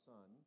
Son